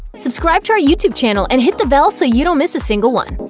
subscribe to our youtube channel and hit the bell so you don't miss a single one.